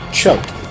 choked